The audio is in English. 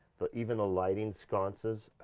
but even the lighting sconces,